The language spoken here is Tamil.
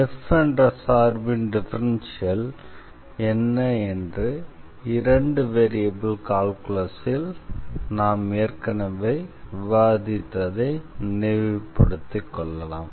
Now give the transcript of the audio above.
f என்ற சார்பின் டிஃபரன்ஷியல் என்ன என்று இரண்டு வேரியபிள் கால்குலஸில் நாம் ஏற்கனவே விவாதித்ததை நினைவுபடுத்திக்கொள்ளலாம்